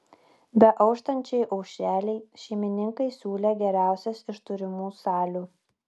beauštančiai aušrelei šeimininkai siūlė geriausias iš turimų salių